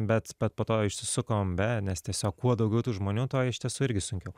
bet bet po to išsisukom be nes tiesiog kuo daugiau tų žmonių to iš tiesų irgi sunkiau